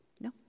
No